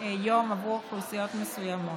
יום עבור אוכלוסיות מסוימות.